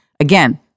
Again